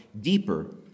deeper